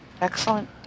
Excellent